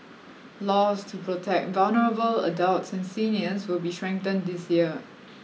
laws to protect vulnerable adults and seniors will be strengthened this year